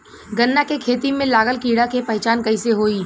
गन्ना के खेती में लागल कीड़ा के पहचान कैसे होयी?